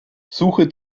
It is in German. suche